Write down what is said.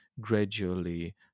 gradually